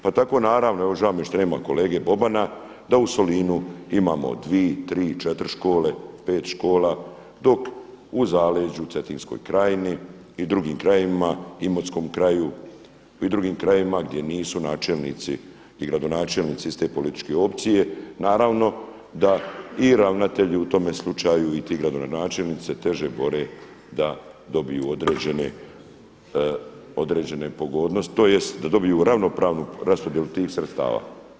Pa tako naravno, žao mi je što nema kolege Bobana da u Solinu imamo dvi, tri, četiri škole, pet škola, dok u zaleđu Cetinskoj krajini i drugim krajevima, Imotskom kraju i u drugim krajevima gdje nisu načelnici i gradonačelnici iz te političke opcije naravno da i ravnatelji u tom slučaju i ti gradonačelnici se teže bore da dobiju određene pogodnosti tj. da dobiju ravnopravnu raspodjelu tih sredstava.